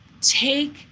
take